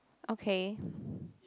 okay